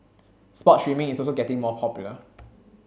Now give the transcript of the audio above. sports streaming is also getting more popular